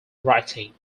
writing